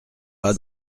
pas